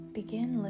begin